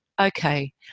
okay